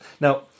Now